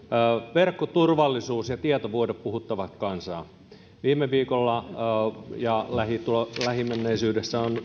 verkkoturvallisuus ja tietovuodot puhuttavat kansaa viime viikolla ja lähimenneisyydessä on